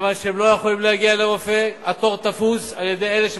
מכיוון שהם לא יכולים להגיע לרופא כי התור תפוס על-ידי אלה שמזמינים,